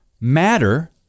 matter